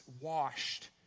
washed